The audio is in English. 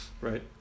right